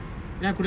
that's why I woke up